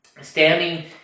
standing